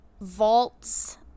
vaults